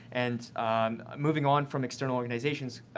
and moving on from external organizations,